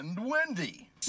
Wendy